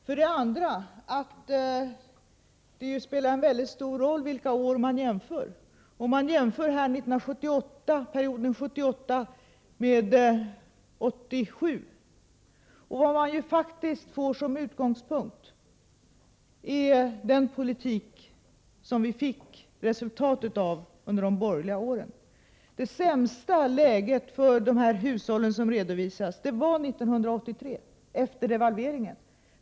För det andra spelar det mycket stor roll vilka år man jämför. Man jämför här 1978 med 1987. Man får då fram resultatet av den politik som fördes under de borgliga åren. Det sämsta läget för hushållen redovisas för 1983, efter devalveringen.